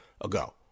ago